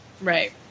Right